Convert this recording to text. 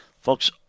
Folks